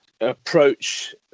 approach